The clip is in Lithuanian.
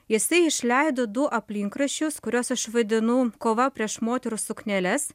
jisai išleido du aplinkraščius kuriuos aš vadinu kova prieš moterų sukneles